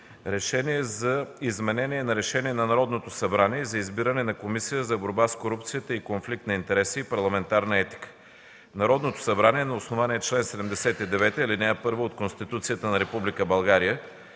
„РЕШЕНИЕ за изменение на Решение на Народното събрание за избиране на Комисия за борба с корупцията и конфликт на интереси и парламентарна етика Народното събрание на основание чл. 79, ал. 1 от Конституцията на